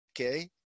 okay